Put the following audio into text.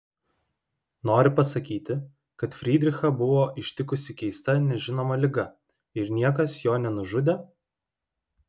nori pasakyti kad frydrichą buvo ištikusi keista nežinoma liga ir niekas jo nenužudė